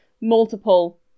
multiple